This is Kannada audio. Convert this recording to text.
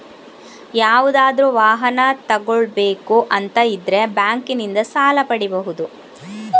ಯಾವುದಾದ್ರೂ ವಾಹನ ತಗೊಳ್ಬೇಕು ಅಂತ ಇದ್ರೆ ಬ್ಯಾಂಕಿನಿಂದ ಸಾಲ ಪಡೀಬಹುದು